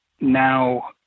now